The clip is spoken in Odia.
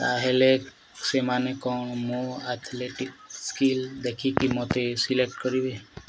ତା'ହେଲେ ସେମାନେ କ'ଣ ମୋ ଆଥ୍ଲେଟିକ୍ ସ୍କିଲ୍ ଦେଖିକି ମୋତେ ସିଲେକ୍ଟ କରିବେ